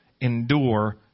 endure